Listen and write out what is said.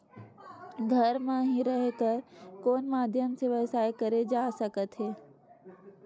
घर म हि रह कर कोन माध्यम से व्यवसाय करे जा सकत हे?